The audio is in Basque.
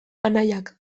anaiek